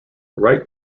wright